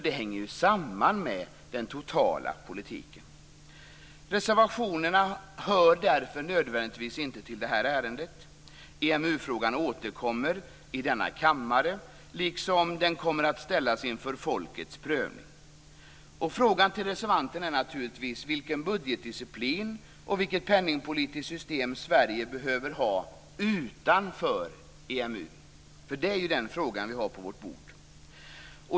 Det hänger ju samman med den totala politiken. Reservationerna hör därför nödvändigtvis inte till det här ärendet. EMU-frågan återkommer i denna kammare liksom den kommer att ställas inför folkets prövning. Frågan till reservanterna är naturligtvis vilken budgetdisciplin och vilket penningpolitiskt system som Sverige behöver ha utanför EMU. Det är ju den frågan som vi har på vårt bord.